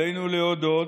עלינו להודות,